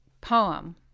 poem